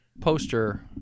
poster